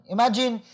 Imagine